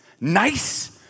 nice